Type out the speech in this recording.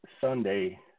Sunday